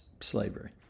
slavery